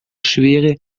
schwere